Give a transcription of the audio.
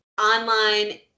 online